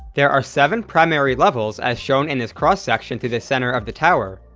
there are seven primary levels, as shown in this cross-section through the center of the tower,